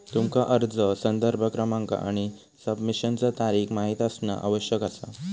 तुमका अर्ज संदर्भ क्रमांक आणि सबमिशनचा तारीख माहित असणा आवश्यक असा